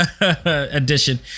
edition